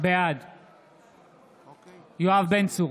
בעד יואב בן צור,